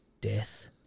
Death